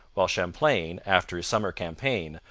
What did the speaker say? while champlain, after his summer campaign,